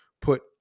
put